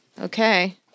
Okay